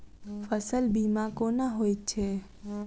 फसल बीमा कोना होइत छै?